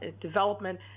development